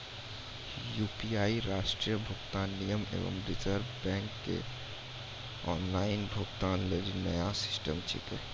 UPI राष्ट्रीय भुगतान निगम एवं रिज़र्व बैंक के ऑनलाइन भुगतान लेली नया सिस्टम छिकै